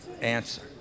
answer